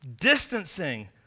distancing